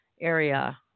area